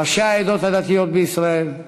ראשי העדות הדתיות בישראל,